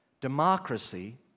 Democracy